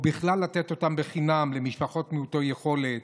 או בכלל לתת אותן בחינם למשפחות מעוטות יכולת,